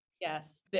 Yes